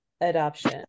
adoption